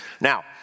Now